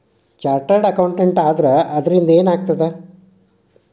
Chartered accountant ಆದ್ರ ಅದರಿಂದಾ ಏನ್ ಆಗ್ತದ?